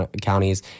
counties